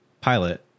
Pilot